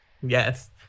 Yes